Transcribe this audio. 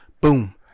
boom